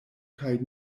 kaj